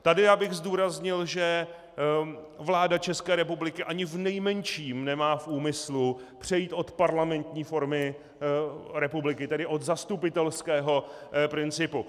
Tady bych zdůraznil, že vláda České republiky ani v nejmenším nemá v úmyslu přejít od parlamentní formy republiky, tedy od zastupitelského principu.